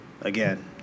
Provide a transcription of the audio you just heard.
again